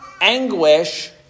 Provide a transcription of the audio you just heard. anguish